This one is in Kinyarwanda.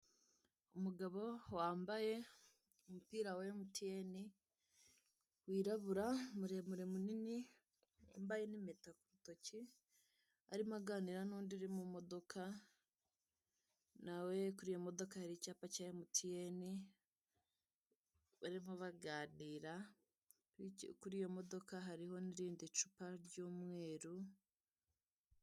Umugabo wambaye umupira wa emutiyeni wirabura, muremure, munini wambaye n'impeta ku rutoki, arimo aganira n'undi uri mu modoka. Nawe kuri iyo modoka hari icyapa cya emutiyeni barimo baganira, kuri iyo modoka hari icupa ry'umweru.